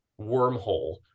wormhole